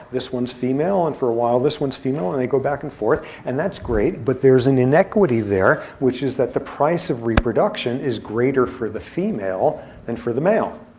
this one's female, and for a while, this one's female. and they go back and forth, and that's great. but there's an inequity there, which is that the price of reproduction is greater for the female than for the male.